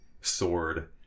sword